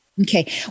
Okay